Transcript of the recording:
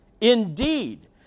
Indeed